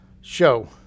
show